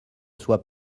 soient